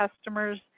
customers